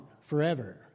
forever